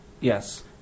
Yes